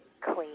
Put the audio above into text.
clean